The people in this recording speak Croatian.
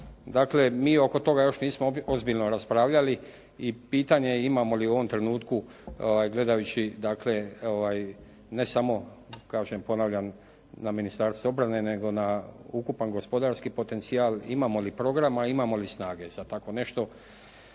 Dakle, mi oko toga još nismo ozbiljno raspravljali i pitanje imamo li i u ovom trenutku gledajući, dakle ne samo, kažem ponavljam na Ministarstvo obrane, nego na ukupan gospodarski potencijal, imamo li program, a imamo li snage za tako nešto.